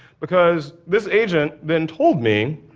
because this agent then told me,